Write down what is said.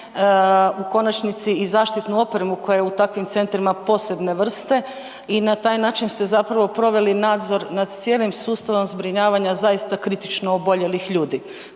u konačnici i zaštitu opremu koja je u takvim centrima posebne vrste i na taj način ste zapravo proveli nadzor nad cijelim sustavom zbrinjavanja zaista kritično oboljelih ljudi.